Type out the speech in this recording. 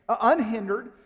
unhindered